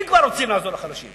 אם כבר רוצים לעזור לחלשים.